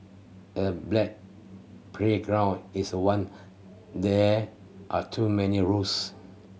a playground is one there are too many rules